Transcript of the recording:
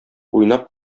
уйнап